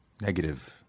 negative